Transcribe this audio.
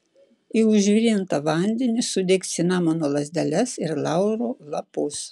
į užvirintą vandenį sudėk cinamono lazdeles ir lauro lapus